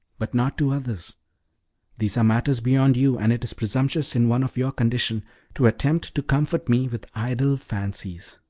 but not to others these are matters beyond you, and it is presumptuous in one of your condition to attempt to comfort me with idle fancies.